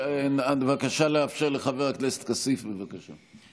בבקשה לאפשר לחבר הכנסת כסיף, בבקשה.